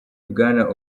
bwana